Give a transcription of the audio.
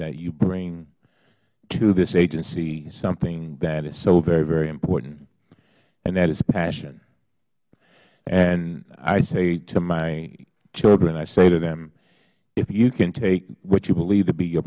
that you bring to this agency something that is so very very important and that is passion and i say to my children i say to them if you can take what you believe to be